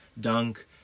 dunk